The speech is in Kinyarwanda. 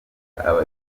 abakiliya